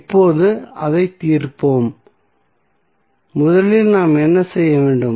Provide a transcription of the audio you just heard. இப்போது அதைத் தீர்ப்போம் முதலில் நாம் என்ன செய்ய வேண்டும்